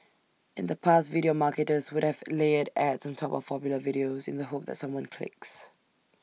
in the past video marketers would have layered ads on top of popular videos in the hope that someone clicks